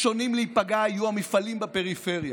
הראשונים להיפגע יהיו המפעלים בפריפריה.